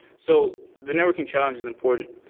so the networking challenge is important.